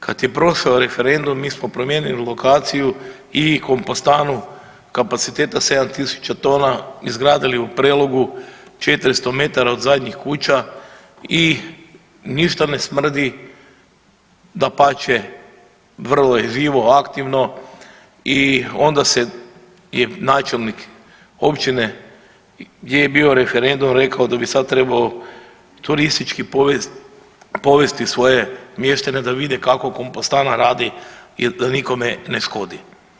Kad je prošao referendum, mi smo promijenili lokaciju i kompostanu kapaciteta 7 tisuća tona, izgradili u Prelogu, 400 m od zadnjih kuća i ništa ne smrdi, dapače, vrlo je živo, aktivno i onda se je načelnik općine gdje je bio referendum rekao da bi sad trebao turistički povesti svoje mještane da vide kako kompostana radi jer da nikome ne škodi.